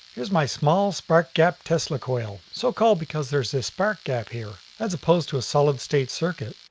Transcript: here's my small spark gap tesla coil, so called because there's this spark gap here, as opposed to a solid state circuit.